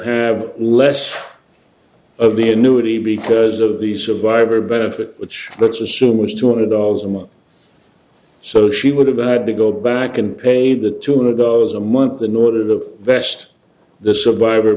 have less of the annuity because of the survivor benefit which let's assume was two hundred dollars a month so she would have had to go back and pay the two hundred dollars a month the norther the vest the survivor